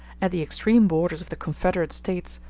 at the extreme borders of the confederate states,